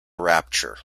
rapture